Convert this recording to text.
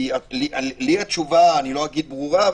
כי לי התשובה אני לא אגיד ברורה,